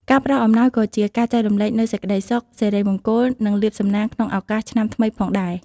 ការផ្តល់អំណោយក៏ជាការចែករំលែកនូវសេចក្តីសុខ សិរីមង្គល និងលាភសំណាងក្នុងឱកាសឆ្នាំថ្មីផងដែរ។